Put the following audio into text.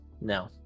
No